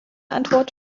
antwort